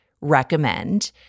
recommend